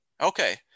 okay